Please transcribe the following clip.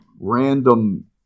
random